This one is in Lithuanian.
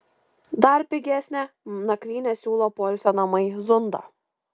dar pigesnę nakvynę siūlo poilsio namai zunda